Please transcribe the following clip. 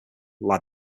lie